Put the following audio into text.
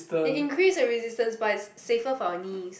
it increase the resistance but it's safer for our knees